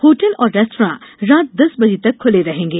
hotel और restaurant रात दस बजे तक खुले रहेंगे